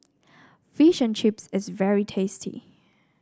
Fish and Chips is very tasty